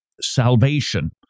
salvation